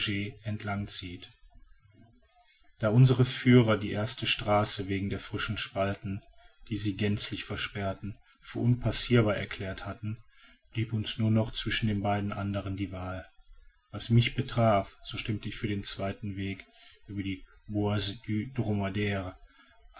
zieht da unsere führer die erste straße wegen der frischen spalten die sie gänzlich versperrten für unpassirbar erklärt hatten blieb uns nur noch zwischen den beiden andern die wahl was mich betraf so stimmte ich für den zweiten weg über die